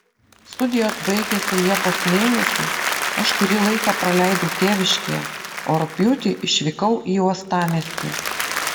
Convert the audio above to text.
studijos baigėsi liepos mėnesį aš kurį laiką praleidau tėviškėje o rugpjūtį išvykau į uostamiestį